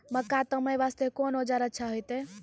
मक्का तामे वास्ते कोंन औजार अच्छा होइतै?